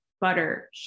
butter